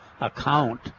account